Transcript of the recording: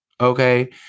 okay